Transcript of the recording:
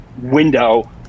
window